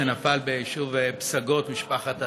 ונדגיש שוב כי זכויות המחזיק כדייר מוגן